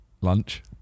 Lunch